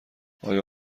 آیا